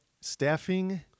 Staffing